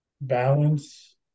balance